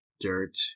dirt